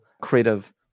creative